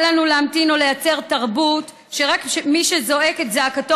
אל לנו להמתין או לייצר תרבות שרק מי שזועק את זעקתו